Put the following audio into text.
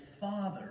father